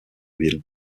ville